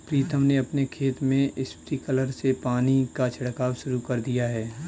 प्रीतम ने अपने खेत में स्प्रिंकलर से पानी का छिड़काव शुरू कर दिया है